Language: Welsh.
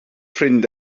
ffrind